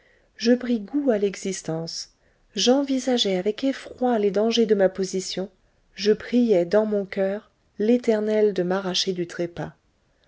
je pris goût à l'existence j'envisageai avec effroi les dangers de ma position je priai dans mon coeur l'éternel de m'arracher du trépas